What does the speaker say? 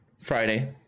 Friday